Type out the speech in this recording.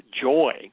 joy